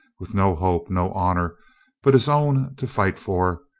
with no hope, no honor but his own to fight for,